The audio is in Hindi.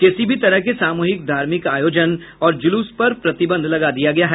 किसी भी तरह के सामूहिक धार्मिक आयोजन और जुलूस पर प्रतिबंध लगा दिया गया है